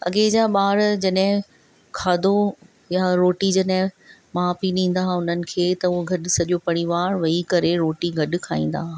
अॻे जा ॿार जॾहिं खाधो या रोटी जॾहिं माउ पीउ ॾींदा हुआ हुननि खे त हो गॾु सॼो परिवारु वेही करे रोटी गॾु खाईंदा हुआ